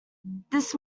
this